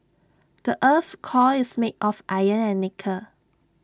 the Earth's core is made of iron and nickel